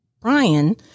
Brian